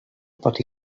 pot